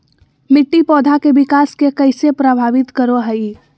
मिट्टी पौधा के विकास के कइसे प्रभावित करो हइ?